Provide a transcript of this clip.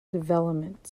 development